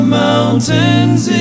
mountains